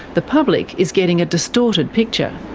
the public is getting a distorted picture.